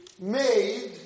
made